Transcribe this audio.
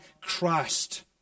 christ